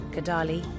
Kadali